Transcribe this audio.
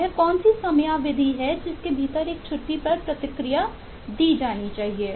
वह कौन सी समयावधि है जिसके भीतर एक छुट्टी पर प्रतिक्रिया दी जानी चाहिए